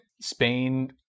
Spain